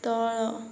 ତଳ